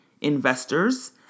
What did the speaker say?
investors